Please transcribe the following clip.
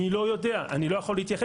אני לא יודע, אני לא יכול להתייחס.